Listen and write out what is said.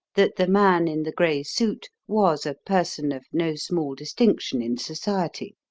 that the man in the grey suit was a person of no small distinction in society,